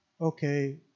okay